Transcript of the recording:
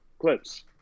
Clips